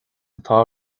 atá